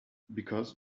because